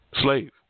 Slave